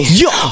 yo